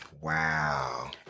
Wow